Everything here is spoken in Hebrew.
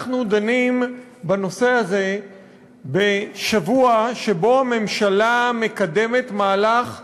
אנחנו דנים בנושא הזה בשבוע שבו הממשלה מקדמת מהלך כוחני,